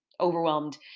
overwhelmed